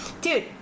dude